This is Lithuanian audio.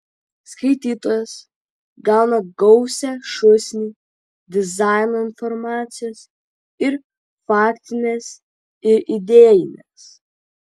skaitytojas gauna gausią šūsnį dizaino informacijos ir faktinės ir idėjinės